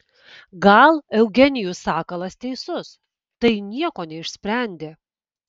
gal eugenijus sakalas teisus tai nieko neišsprendė